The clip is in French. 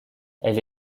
elle